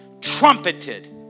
trumpeted